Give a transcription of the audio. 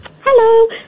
Hello